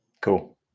Cool